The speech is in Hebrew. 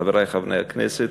חברי חברי הכנסת,